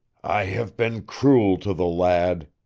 i have been cruel to the lad,